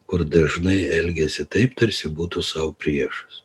kur dažnai elgiasi taip tarsi būtų sau priešas